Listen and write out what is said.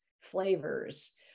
flavors